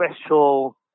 special